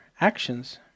actions